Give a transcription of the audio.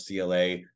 CLA